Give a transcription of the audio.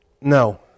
No